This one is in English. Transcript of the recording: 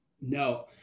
No